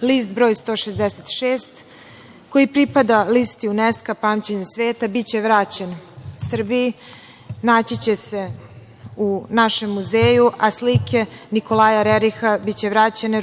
broj 166 koji pripada listi UNESKA „Pamćenje sveta“ biće vraćen Srbiji. Naći će se u našem muzeju, a slike Nikolaja Reriha biće vraćene,